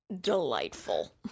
delightful